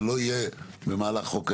זה לא יהיה במהלך חוק ההסדרים,